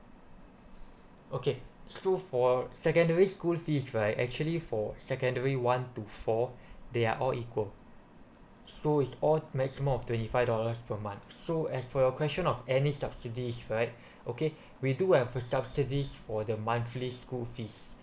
okay so for secondary school fees right actually for secondary one to four they are all equal so is all maximum of twenty five dollars per month so as for your question of any subsidies right okay we do have uh subsidies for the monthly school fees